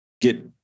get